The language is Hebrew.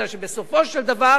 בגלל שבסופו של דבר